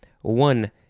One